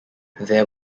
there